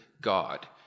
God